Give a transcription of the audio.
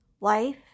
life